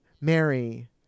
Mary